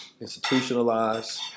institutionalized